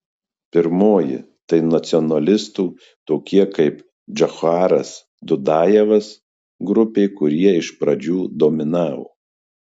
pirmoji tai nacionalistų tokie kaip džocharas dudajevas grupė kurie iš pradžių dominavo